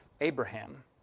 Abraham